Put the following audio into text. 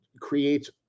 creates